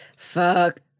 Fuck